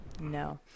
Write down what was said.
No